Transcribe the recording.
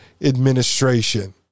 administration